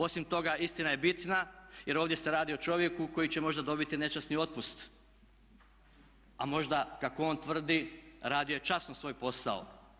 Osim toga istina je bitna jer ovdje se radi o čovjeku koji će možda dobiti nečasni otpust a možda kako on tvrdi radio je časno svoj posao.